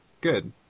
good